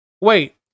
Wait